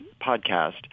podcast